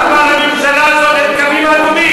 בינתיים אנחנו, למה לממשלה הזאת אין קווים אדומים?